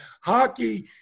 hockey